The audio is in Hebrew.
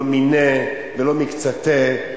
לא מיניה ולא מקצתיה.